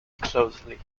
closely